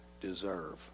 deserve